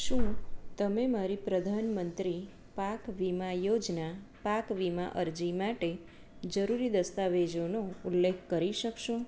શું તમે મારી પ્રધાનમંત્રી પાક વીમા યોજના પાક વીમા અરજી માટે જરૂરી દસ્તાવેજોનો ઉલ્લેખ કરી શકશો